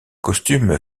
costume